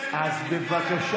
כשבני בגין הפריע לי,